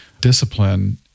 discipline